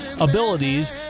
abilities